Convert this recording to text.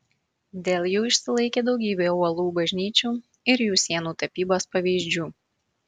dėl jų išsilaikė daugybė uolų bažnyčių ir jų sienų tapybos pavyzdžių